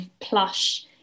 plush